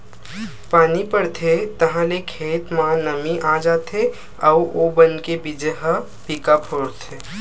पानी परथे ताहाँले खेत म नमी आ जाथे अउ ओ बन के बीजा ह पीका फोरथे